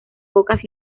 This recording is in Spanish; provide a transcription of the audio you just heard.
pocas